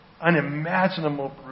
unimaginable